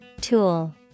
Tool